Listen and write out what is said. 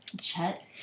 Chet